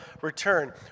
return